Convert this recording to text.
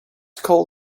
called